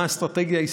מה האסטרטגיה,